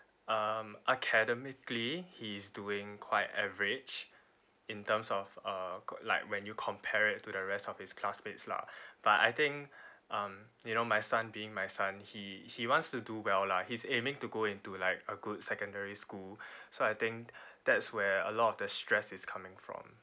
um academically he is doing quite average in terms of uh co~ like when you compare it to the rest of his classmates lah but I think um you know my son being my son he he wants to do well lah he's aiming to go into like a good secondary school so I think that's where a lot of the stress is coming from